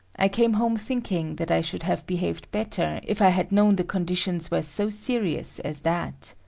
i came home thinking that i should have behaved better if i had known the conditions were so serious as that.